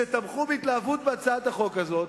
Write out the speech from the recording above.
שתמכו בהתלהבות בהצעת החוק הזאת,